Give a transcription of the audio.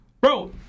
Bro